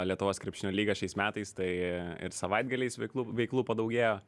lietuvos krepšinio lygą šiais metais tai ir savaitgaliais veiklų veiklų padaugėjo